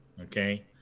Okay